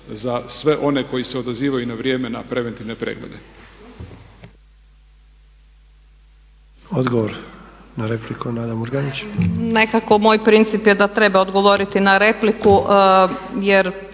za sve one koji se odazivaju na vrijeme na preventivne preglede.